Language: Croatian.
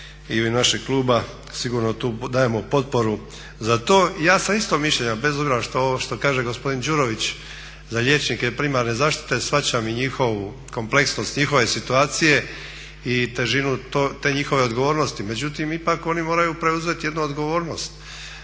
našeg kluba sigurno tu dajemo potporu za to. Ja sam isto mišljenja bez obzira ovo što kaže gospodin Đurović za liječnike primarne zaštite, shvaćam i njihovu kompleksnost njihove situacije i težinu te njihove odgovornosti. Međutim, ipak oni moraju preuzeti jednu odgovornost.